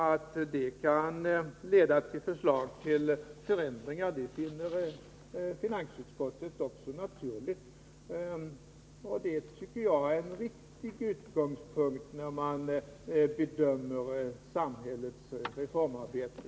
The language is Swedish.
Att det kan leda till förslag till förändringar finner finansutskottet naturligt. Det tycker jag är en riktig utgångspunkt när man bedömer samhällets reformarbete.